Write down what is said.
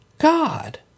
God